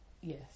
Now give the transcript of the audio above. Yes